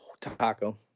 taco